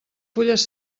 fulles